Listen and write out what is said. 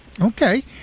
Okay